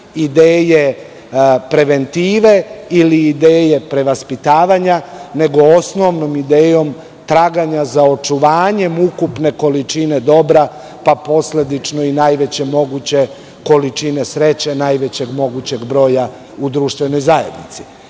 ideje preventive, ili ideje prevaspitavanja, nego osnovnom idejom traganja za očuvanjem ukupne količine dobra, pa posledično i najveće moguće količine sreće, najvećeg mogućeg broja u društvenoj zajednici.